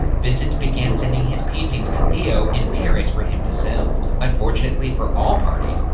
vincent began sending his paintings to theo in paris for him to sell. unfortunately for all parties,